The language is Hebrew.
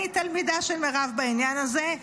אני תלמידה של מירב בעניין הזה,